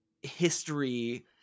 history